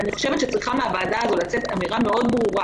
אני חושבת שצריכה מהוועדה הזאת לצאת אמירה ברורה